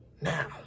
now